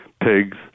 pigs